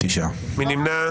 מי ננמע?